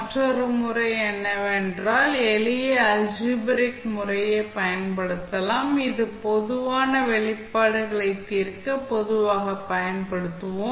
மற்றொரு முறை என்னவென்றால் எளிய அல்ஜீபிரிக் முறையைப் பயன்படுத்தலாம் இது பொதுவான வெளிப்பாடுகளை தீர்க்க பொதுவாகப் பயன்படுத்துவோம்